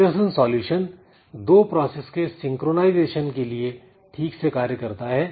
Peterson solution दो process के synchronisation के लिए ठीक से कार्य करता है